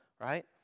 right